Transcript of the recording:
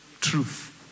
truth